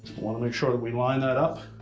want to make sure that we line that up